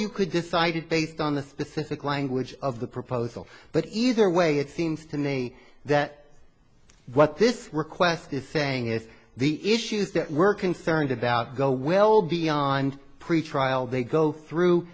you could decide based on the specific language of the proposal but either way it seems to me that what this request is saying is the issues that we're concerned about go well beyond pretrial they go through